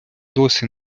досі